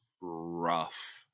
rough